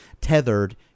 tethered